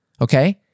okay